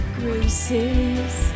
graces